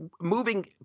moving